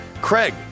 Craig